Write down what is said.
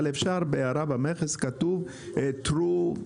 אפשר לכתוב הערה במכס שזה עבר דרך,